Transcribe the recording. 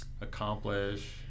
accomplish